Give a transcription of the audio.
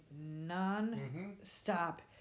non-stop